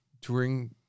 touring